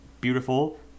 beautiful